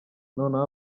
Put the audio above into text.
noneho